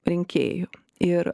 rinkėjų ir